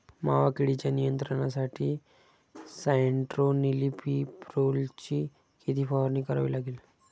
मावा किडीच्या नियंत्रणासाठी स्यान्ट्रेनिलीप्रोलची किती फवारणी करावी लागेल?